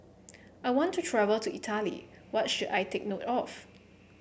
I want to travel to Italy what should I take note of